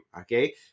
okay